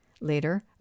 Later